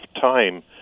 time